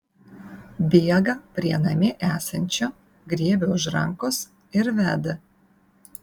bėga prie namie esančio griebia už rankos ir veda